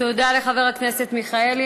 תודה לחבר הכנסת מיכאלי.